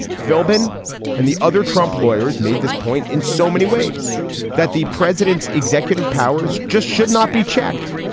philbin and the other trump lawyers made this point in so many ways that the president's executive powers just should not be checked,